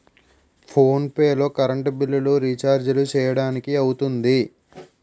phone pay లో current బిల్లులు, రిచార్జీలు చేయడానికి అవుతుంది